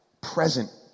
present